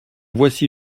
voici